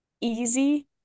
easy